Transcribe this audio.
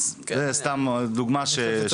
אז זו סתם דוגמא.